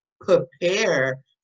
prepare